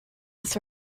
was